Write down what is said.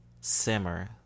simmer